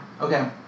Okay